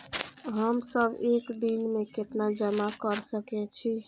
हम सब एक दिन में केतना जमा कर सके छी?